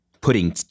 putting